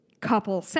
couple